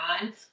on